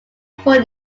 four